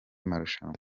marushanwa